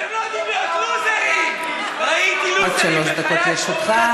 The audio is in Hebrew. אתם לא יודעים להיות לוזרים, עד שלוש דקות לרשותך.